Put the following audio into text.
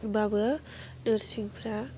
होनबाबो नोरसिंफ्रा